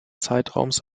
zeitraums